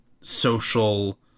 social